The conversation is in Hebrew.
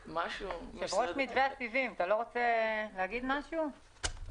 יושב-ראש מתווה הסיבים, אתה לא רוצה להגיד משהו?